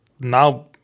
now